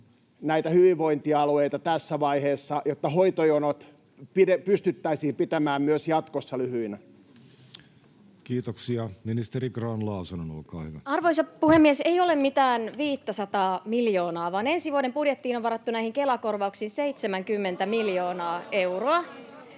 hyvinvointialueita tässä vaiheessa, jotta hoitojonot pystyttäisiin pitämään myös jatkossa lyhyinä? Kiitoksia. — Ministeri Grahn-Laasonen, olkaa hyvä. Arvoisa puhemies! Ei ole mitään 500:aa miljoonaa, vaan ensi vuoden budjettiin on varattu näihin Kela-korvauksiin 70 miljoonaa euroa.